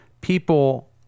people